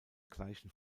gleichen